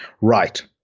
Right